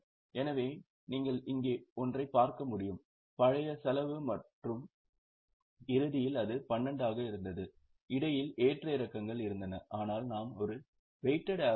எனவே நீங்கள் இங்கே ஒன்றை பார்க்க முடியும் பழைய செலவு பத்து மற்றும் இறுதியில் அது 12 ஆக இருந்தது இடையில் ஏற்ற இறக்கங்கள் இருந்தன ஆனால் நாம் ஒரு வெயிட்டெட் ஆவெரேஜ் 13